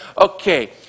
okay